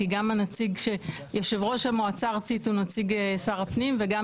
כי גם יושב ראש המועצה הארצית הוא נציג שר הפנים וגם